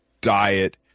diet